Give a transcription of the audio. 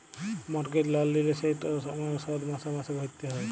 mortgage লল লিলে সেট শধ মাসে মাসে ভ্যইরতে হ্যয়